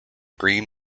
green